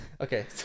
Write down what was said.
Okay